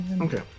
okay